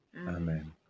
Amen